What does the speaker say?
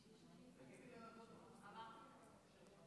השר במשרד האוצר חמד עמאר, בבקשה.